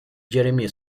jeremy